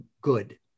good